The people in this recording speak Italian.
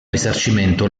risarcimento